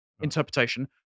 interpretation